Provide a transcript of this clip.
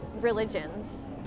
religions